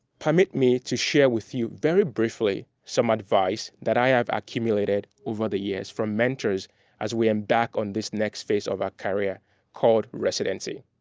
permit me to share with you very briefly some advice that i have accumulated over the years from mentors as we embark on this next phase of our career called residency.